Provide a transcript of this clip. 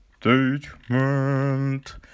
statement